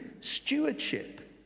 stewardship